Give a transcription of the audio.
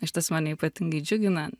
šitas mane ypatingai džiugina